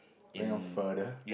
going off further